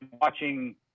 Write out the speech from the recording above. watching